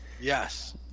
Yes